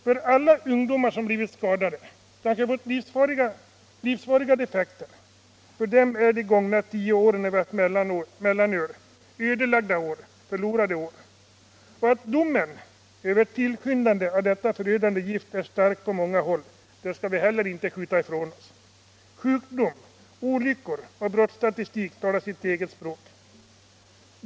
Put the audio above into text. För alla ungdomar som blivit skadade, kanske fått livsfarliga defekter, är de gångna tio åren när vi har haft mellanöl ödelagda år, förlorade år. Domen över tillskyndandet av detta förödande gift är stark på många håll. Sjukdom, olyckor och brottsstatistik talar sitt eget språk.